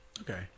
Okay